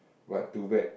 but to bet